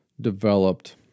developed